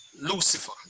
Lucifer